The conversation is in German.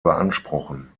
beanspruchen